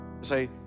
say